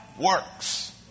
Works